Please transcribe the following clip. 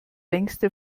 längste